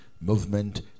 movement